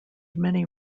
many